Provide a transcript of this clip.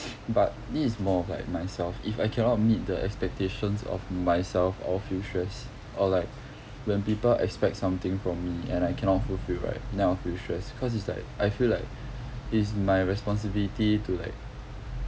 but this is more of like myself if I cannot meet the expectations of myself I'll feel stress or like when people expect something from me and I cannot fulfil right then I'll feel stress cause it's like I feel like it's my responsibility to like